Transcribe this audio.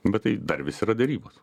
bet tai dar vis yra derybos